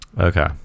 okay